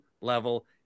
level –